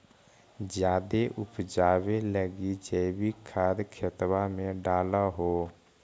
जायदे उपजाबे लगी जैवीक खाद खेतबा मे डाल हो?